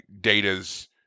data's